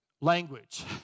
language